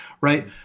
right